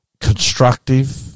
constructive